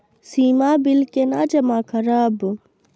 सीमा bill केना जमा करब?